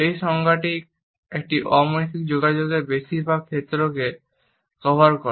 এই সংজ্ঞাটি অমৌখিক যোগাযোগের বেশিরভাগ ক্ষেত্রকে কভার করে